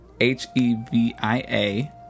H-E-V-I-A